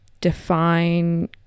Define